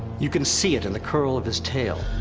you can see it in the curl of his tail.